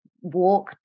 walk